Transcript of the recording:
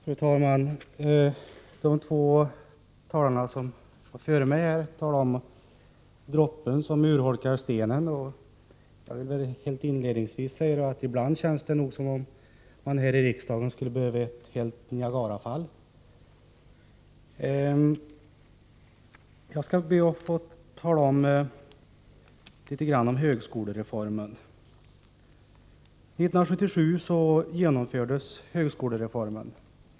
Fru talman! De två talarna före mig pratade om droppen som urholkar stenen. Jag vill inledningsvis säga att det ibland känns som om man här i riksdagen skulle behöva ett helt Niagarafall. 1977 genomfördes högskolereformen.